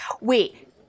Wait